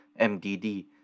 MDD